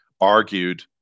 argued